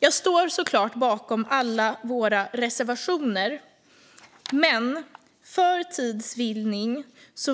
Jag står såklart bakom alla våra reservationer, men för tids vinning